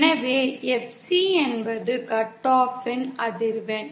எனவே FC என்பது cut off அதிர்வெண்